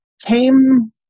came